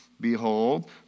Behold